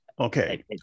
Okay